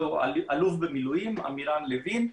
אלוף במילואים עמירם לוין,